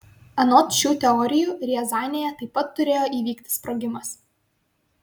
anot šių teorijų riazanėje taip pat turėjo įvykti sprogimas